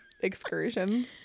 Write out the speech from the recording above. excursion